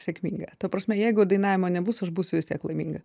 sėkminga ta prasme jeigu dainavimo nebus aš būsiu vis tiek laiminga